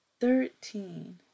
thirteen